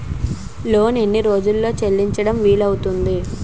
Loan ఎన్ని రోజుల్లో చెల్లించడం వీలు అవుతుంది?